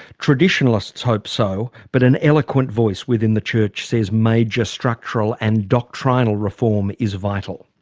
traditionalists hope so. but an eloquent voice within the church says major structural and doctrinal reform is vital.